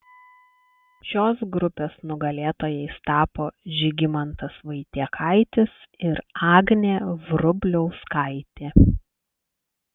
šios grupės nugalėtojais tapo žygimantas vaitiekaitis ir agnė vrubliauskaitė